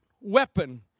weapon